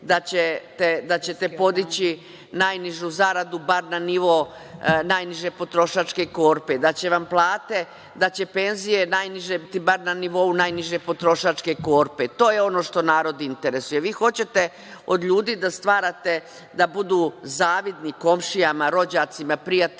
da ćete podići najnižu zaradu, bar na nivo najniže potrošačke korpe, da će penzije najniže biti bar na nivou najniže potrošačke korpe. To je ono što narod interesuje. Vi hoćete od ljudi da stvarate da budu zavidni komšijama, rođacima +, prijateljima